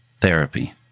therapy